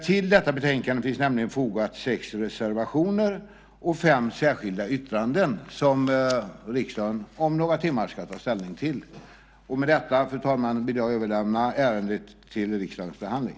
Till detta betänkande finns nämligen fogat sex reservationer och fem särskilda yttranden, som riksdagen om några timmar ska ta ställning till. Med detta, fru talman, vill jag överlämna ärendet till riksdagens behandling.